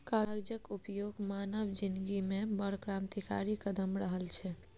कागजक उपयोग मानव जिनगीमे बड़ क्रान्तिकारी कदम रहल छै